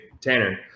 Tanner